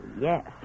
yes